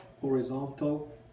horizontal